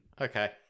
Okay